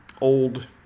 old